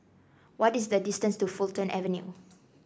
what is the distance to Fulton Avenue